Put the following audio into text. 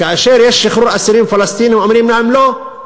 כאשר יש שחרור אסירים פלסטינים אומרים להם: לא,